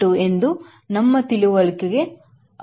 2 ಎಂದು ನಮ್ಮ ತಿಳುವಳಿಕೆಗೆ ಅಪ್ರಸ್ತುತವಾಗುತ್ತದೆ